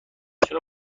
چرا